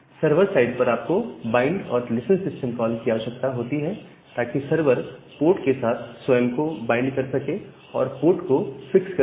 server side पर आपको bind और लिसन सिस्टम कॉल की आवश्यकता होती है ताकि सर्वर पोर्ट के साथ स्वयं को बाइंड कर सके और पोर्ट को फिक्स कर सके